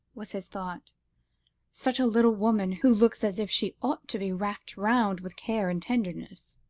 was his thought such a little woman, who looks as if she ought to be wrapped round with care and tenderness.